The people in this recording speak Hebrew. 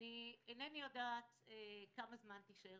איני יודעת כמה זמן תישאר